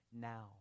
now